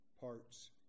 parts